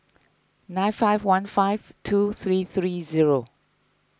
nine five one five two three three zero